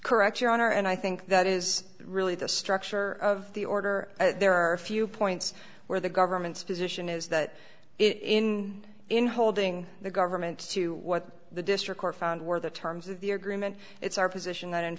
correct your honor and i think that is really the structure of the order there are a few points where the government's position is that in in holding the government to what the district court found were the terms of the agreement it's our position that in